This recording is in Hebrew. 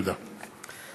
תודה.